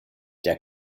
der